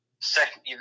second